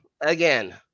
Again